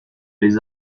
les